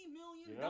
million